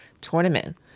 tournament